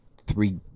three